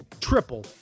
triple